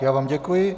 Já vám děkuji.